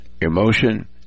emotion